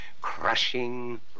crushing